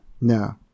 No